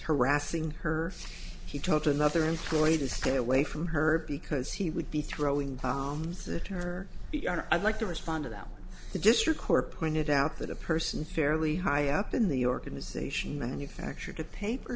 harassing her he talked to another employee to stay away from her because he would be throwing bombs that her p r i'd like to respond to that just your core pointed out that a person fairly high up in the organization manufactured a paper